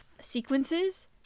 sequences